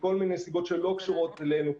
מכל מיני סיבות שלא קשורות אלינו,